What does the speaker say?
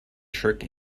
trick